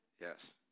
Yes